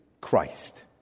Christ